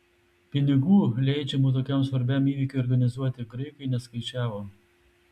pinigų leidžiamų tokiam svarbiam įvykiui organizuoti graikai neskaičiavo